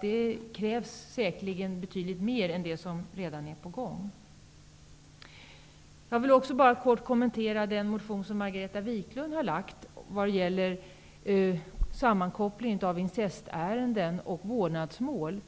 Det krävs säkerligen betydligt mer än det som redan är på gång. Jag vill också bara kort kommentera den motion som Margareta Viklund har lagt vad gäller sammankoppling av incestärenden och vårdnadsmål.